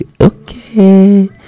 okay